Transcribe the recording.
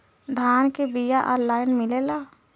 धान के बिया ऑनलाइन मिलेला?